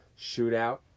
Shootout